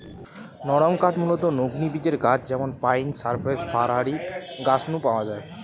নরমকাঠ মূলতঃ নগ্নবীজের গাছ যেমন পাইন, সাইপ্রাস, ফার হারি গাছ নু পাওয়া যায়